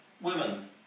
women